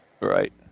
Right